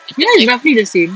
you know it's roughly the same